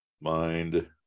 mind